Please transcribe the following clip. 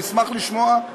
נשמח לשמוע,